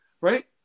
right